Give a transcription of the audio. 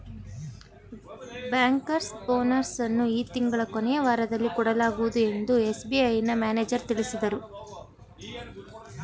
bankers bonus ಅನ್ನು ಈ ತಿಂಗಳ ಕೊನೆಯ ವಾರದಲ್ಲಿ ಕೊಡಲಾಗುವುದು ಎಂದು ಎಸ್.ಬಿ.ಐನ ಮ್ಯಾನೇಜರ್ ತಿಳಿಸಿದರು